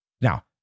Now